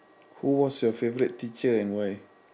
who was your favourite teacher and why